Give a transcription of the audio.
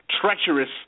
treacherous